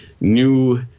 new